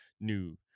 new